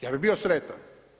Ja bi bio sretan.